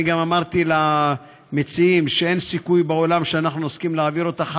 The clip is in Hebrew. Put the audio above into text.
גם אמרתי למציעים שאין סיכוי בעולם שאנחנו נסכים להעביר אותה,